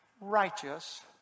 Righteous